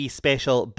special